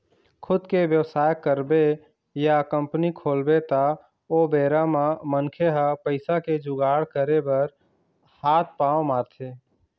खुद के बेवसाय करबे या कंपनी खोलबे त ओ बेरा म मनखे ह पइसा के जुगाड़ करे बर हात पांव मारथे